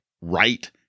right